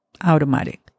automatic